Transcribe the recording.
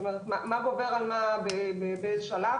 כלומר, מה גובר על מה ובאיזה שלב.